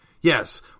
Yes